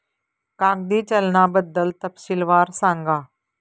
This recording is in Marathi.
कागदी चलनाबद्दल तपशीलवार सांगा